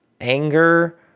anger